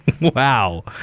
wow